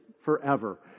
forever